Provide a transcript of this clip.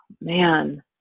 man